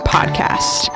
Podcast